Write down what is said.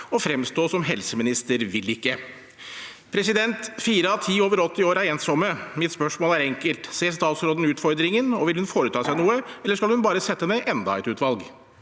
å fremstå som helseminister Vilikke. Fire av ti over 80 år er ensomme. Mitt spørsmål er enkelt: Ser statsråden utfordringen, og vil hun foreta seg noe, eller skal hun bare sette ned enda et utvalg?